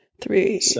Three